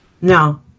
No